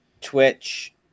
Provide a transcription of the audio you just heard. Twitch